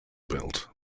built